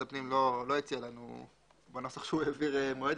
הפנים לא הציע לנו בנוסח שהוא העביר מועד,